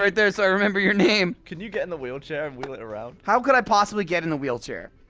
right there so i'll remember your name can you get in the wheelchair and wheel it around how could i possibly get in the wheelchair?